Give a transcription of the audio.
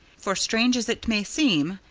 for strange as it may seem,